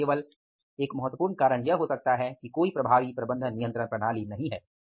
और केवल एक महत्वपूर्ण कारण यह हो सकता है कि कोई प्रभावी प्रबंधन नियंत्रण प्रणाली नहीं है